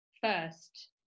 first